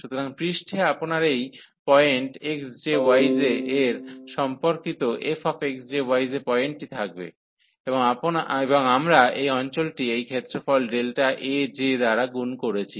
সুতরাং পৃষ্ঠে আপনার এই পয়েন্ট xj yj এর সম্পর্কিত fxj yj পয়েন্টটি থাকবে এবং আমরা এই অঞ্চলটি এই ক্ষেত্রফল Aj দ্বারা গুন করেছি